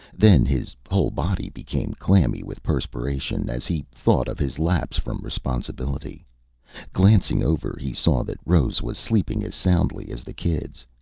then his whole body became clammy with perspiration, as he thought of his lapse from responsibility glancing over, he saw that rose was sleeping as soundly as the kids.